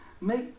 Make